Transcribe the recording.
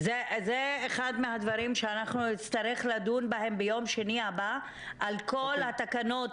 זה אחד מהדברים שאנחנו נצטרך לדון בהם ביום שני הבא על כל התקנות